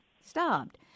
stopped